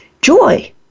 joy